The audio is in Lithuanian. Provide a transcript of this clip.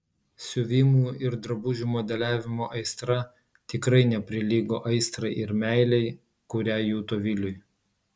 siuvimo ir drabužių modeliavimo aistra tikrai neprilygo aistrai ir meilei kurią juto viliui